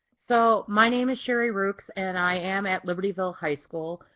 so my name is sherri rukes and i am at libertyville, high school.